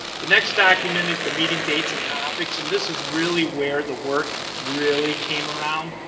the next document is the meeting dates and topics and this is really where the work really came around,